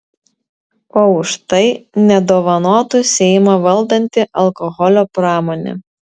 o už tai nedovanotų seimą valdanti alkoholio pramonė